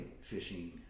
fishing